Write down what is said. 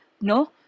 no